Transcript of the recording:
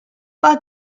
pas